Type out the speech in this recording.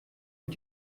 und